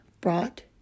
brought